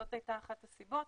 וזאת הייתה אחת הסיבות